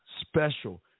special